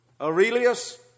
Aurelius